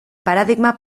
paradigma